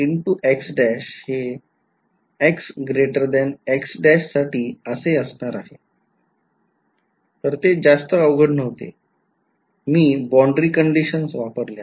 तर ते जास्त अवघड नव्हते मी boundary कंडिशन्स वापरल्या